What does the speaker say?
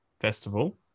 festival